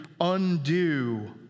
undo